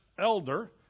elder